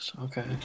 Okay